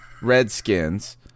Redskins